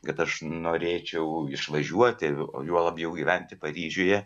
kad aš norėčiau išvažiuoti o juo labiau gyventi paryžiuje